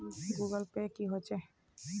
Google pay की होचे?